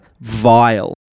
vile